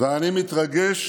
ואני מתרגש